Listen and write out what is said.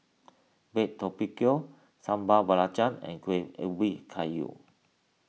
Baked Tapioca Sambal Belacan and Kueh Ubi Kayu